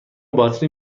باطری